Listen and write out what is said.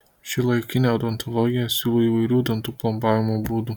šiuolaikinė odontologija siūlo įvairių dantų plombavimo būdų